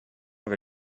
avec